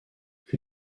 für